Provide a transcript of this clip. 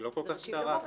היא כבר לא כל כך קצרה.